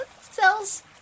cells